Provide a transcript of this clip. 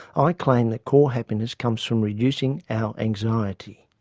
i claim that core happiness comes from reducing our anxiety.